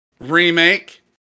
Remake